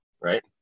Right